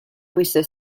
questa